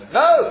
no